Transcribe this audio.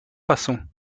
façons